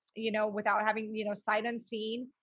you know, without having, you know, sight unseen.